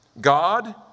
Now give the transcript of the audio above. God